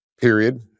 period